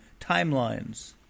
timelines